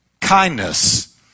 kindness